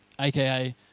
AKA